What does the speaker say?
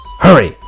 Hurry